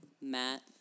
Matt